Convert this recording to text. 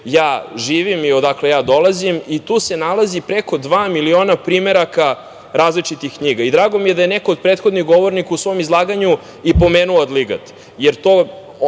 ja živim i odakle ja dolazim i tu se nalazi preko dva miliona primeraka različitih knjiga i drago mi je da je neko od prethodnih govornika u svom izlaganju i pomenuo Adligat jer to